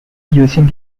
using